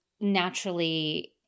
naturally